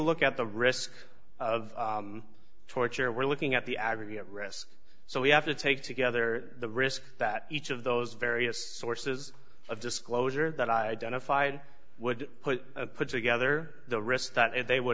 look at the risk of torture we're looking at the aggregate risks so we have to take together the risk that each of those various sources of disclosure that i identified would put put together the risk that they would